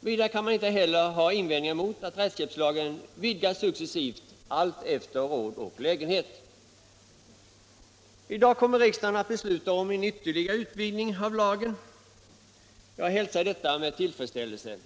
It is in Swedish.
Vidare kan man inte heller ha invändningar mot att rättshjälpslagen utvidgas successivt efter råd och lägenhet. I dag kommer riksdagen att besluta om en ytterligare utvidgning av lagen. Jag hälsar detta med tillfredsställelse.